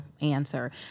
answer